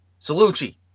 Salucci